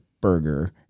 burger